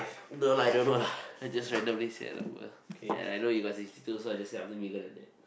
no lah I don't know lah I just randomly say lah but and I know you got sixty two so I just say I'm still bigger than that